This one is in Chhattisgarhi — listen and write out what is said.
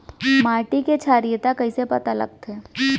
माटी के क्षारीयता कइसे पता लगथे?